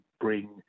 bring